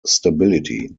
stability